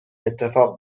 اتفاق